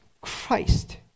Christ